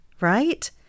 Right